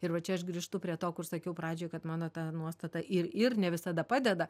ir va čia aš grįžtu prie to kur sakiau pradžioj kad mano ta nuostata ir ir ne visada padeda